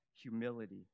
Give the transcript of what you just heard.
Humility